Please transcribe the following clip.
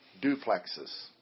duplexes